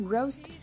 Roast